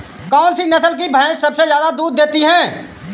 कौन सी नस्ल की भैंस सबसे ज्यादा दूध देती है?